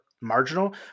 marginal